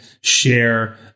share